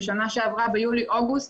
בשנה שעברה ביולי אוגוסט